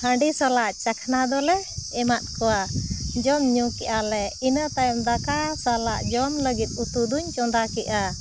ᱦᱟᱺᱰᱤ ᱥᱟᱞᱟᱜ ᱪᱟᱠᱷᱱᱟ ᱫᱚᱞᱮ ᱮᱢᱟᱫ ᱠᱚᱣᱟ ᱡᱚᱢ ᱧᱩ ᱠᱮᱜ ᱟᱞᱮ ᱤᱱᱟᱹᱛᱟᱭᱚᱢ ᱫᱟᱠᱟ ᱥᱟᱞᱟᱜ ᱡᱚᱢ ᱞᱟᱹᱜᱤᱫ ᱩᱛᱩ ᱫᱩᱧ ᱪᱚᱸᱫᱟ ᱠᱮᱜᱼᱟ